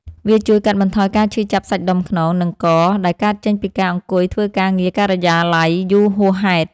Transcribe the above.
វាជួយកាត់បន្ថយការឈឺចាប់សាច់ដុំខ្នង និងក ដែលកើតចេញពីការអង្គុយធ្វើការងារការិយាល័យយូរហួសហេតុ។